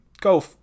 go